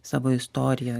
savo istorija